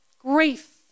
grief